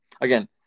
again